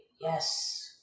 Yes